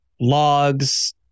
logs